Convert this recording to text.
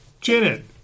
Janet